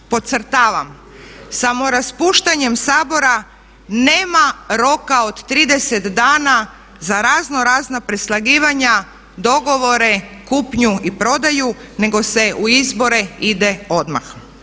Podcrtavam, samoraspuštanjem Sabora nema roka od 30 dana za razno razna preslagivanja, dogovore, kupnju i prodaju nego se u izbore ide odmah.